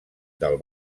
del